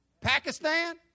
Pakistan